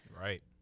Right